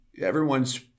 everyone's